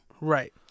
Right